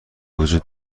وجود